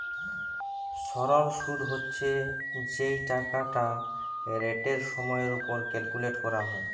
সরল শুদ হচ্ছে যেই টাকাটা রেটের সময়ের উপর ক্যালকুলেট করা হয়